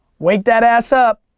wake that ass up.